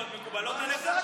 שאר הדרישות מקובלות עליך?